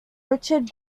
richard